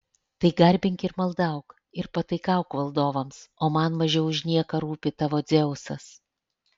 tai garbink ir maldauk ir pataikauk valdovams o man mažiau už nieką rūpi tavo dzeusas